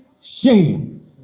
shame